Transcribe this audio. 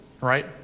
right